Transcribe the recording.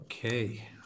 Okay